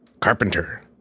carpenter